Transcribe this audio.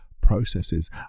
processes